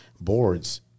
boards